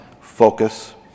focus